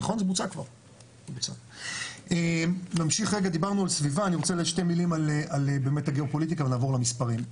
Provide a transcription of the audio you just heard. אני רוצה להגיד שתי מילים על הגיאופוליטיקה ונעבור למספרים.